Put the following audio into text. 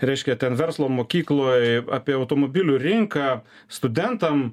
reiškia ten verslo mokykloj apie automobilių rinką studentam